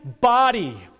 body